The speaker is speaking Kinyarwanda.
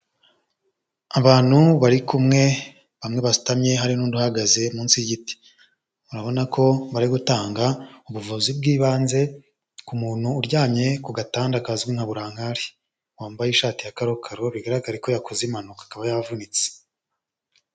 Abantu bari kumwe bamwe basutamye hari n'undi uhagaze munsi y'igiti, urabona ko bari gutanga ubuvuzi bw'ibanze ku muntu uryamye ku gatanda kazwi nka burankari, wambaye ishati ya kakaro bigaragare ko yakoze impanuka akaba yavunitse.